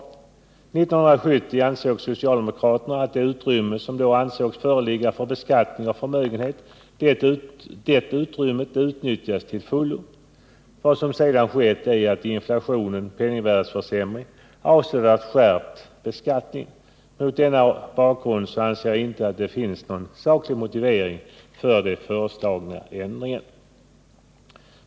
År 1970 ansåg socialdemokraterna att det utrymme som då bedömdes föreligga för beskattning av förmögenhet borde utnyttjas till fullo. Vad som sedan skett är att inflationen avsevärt skärpt beskattningen. Mot denna bakgrund anser jag inte att det finns någon saklig motivering för den föreslagna ändringen.